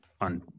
on